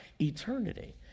eternity